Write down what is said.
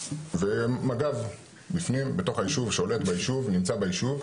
מג"ב בתוך היישוב, שולט ביישוב, נמצא ביישוב.